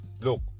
look